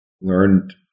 learned